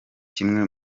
kimwe